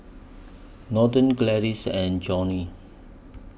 Norton Gladis and Johnnie